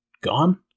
gone